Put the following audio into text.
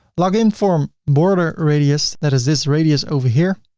login form, border-radius that is this radius over here.